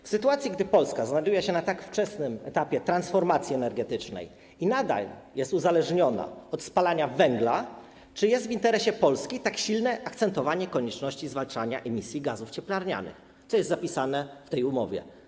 W sytuacji gdy Polska znajduje się na tak wczesnym etapie transformacji energetycznej i nadal jest uzależniona od spalania węgla, czy jest w interesie Polski tak silne akcentowanie konieczności zwalczania emisji gazów cieplarnianych, co jest zapisane w tej umowie?